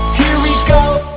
here we go,